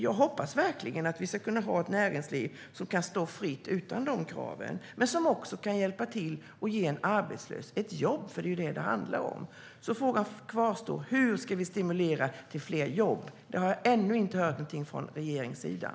Jag hoppas verkligen att vi ska kunna ha ett näringsliv som kan stå fritt utan de kraven men som också kan hjälpa till att ge arbetslösa jobb, för det är ju det som det handlar om. Frågan kvarstår. Hur ska vi stimulera till fler jobb? Det har jag ännu inte hört någonting om från regeringssidan.